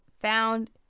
found